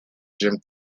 jim